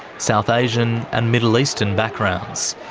south asian, and middle eastern backgrounds.